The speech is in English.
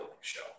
show